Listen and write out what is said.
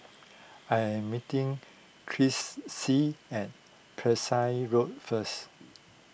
I am meeting Chrissie at Pesek Road first